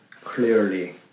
clearly